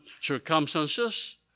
circumstances